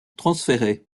transféré